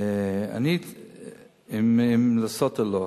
אם לעשות או לא.